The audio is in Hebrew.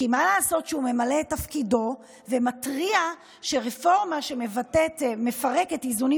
כי מה לעשות שהוא ממלא את תפקידו ומתריע שרפורמה שמפרקת איזונים